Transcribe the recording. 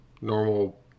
normal